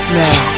now